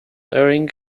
airing